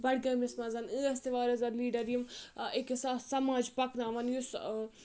بَڈگٲمِس منٛز ٲسۍ تہِ واریاہ زیادٕ لیٖڈَر یِم أکِس اَتھ سَماج پَکناوان یُس